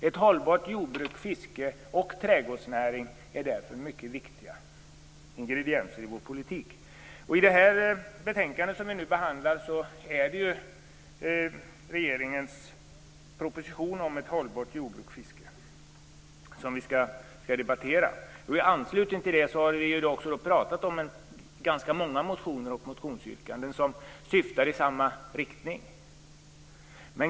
Ett jordbruk, ett fiske och en trädgårdsnäring med en hållbar inriktning är därför mycket viktiga ingredienser i vår politik. I det betänkande som vi nu behandlar är det regeringens proposition om ett hållbart jordbruk och fiske som vi skall debattera. I anslutning till det har vi talat om ganska många motioner och motionsyrkanden som syftar i samma riktning.